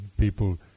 people